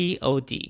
POD